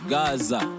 Gaza